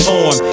on